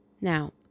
Now